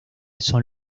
son